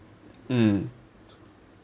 mm